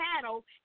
cattle